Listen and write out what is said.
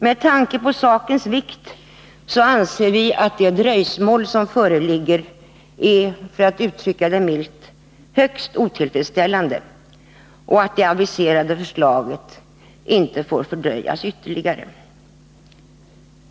Med tanke på sakens vikt anser vi att det dröjsmål som föreligger är — för att uttrycka det milt — högst otillfredsställande och att det aviserade förslaget inte får fördröjas ytterligare.